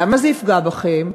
למה זה יפגע בכם?